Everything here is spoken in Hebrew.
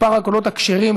מספר הקולות הכשרים,